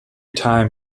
time